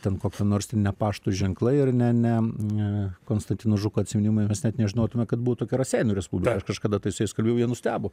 ten kokie nors ne pašto ženklai ar ne ne konstantino žuko atsiminimai mes net nežinotume kad buvo tokia raseinių respublika aš kažkada tai su jais kalbėjau jie nustebo